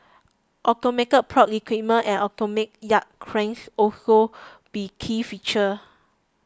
automated port equipment and automated yard cranes also be key features